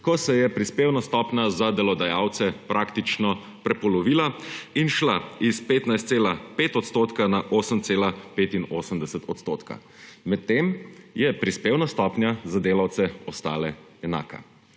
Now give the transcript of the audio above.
ko se je prispevna stopnja za delodajalce praktično prepolovila in šla s 15,5 % na 8,85 %. Medtem je prispevna stopnja za delavce ostala enaka